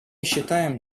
считаем